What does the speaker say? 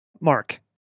Mark